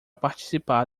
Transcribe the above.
participar